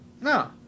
no